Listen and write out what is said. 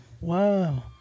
Wow